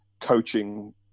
coaching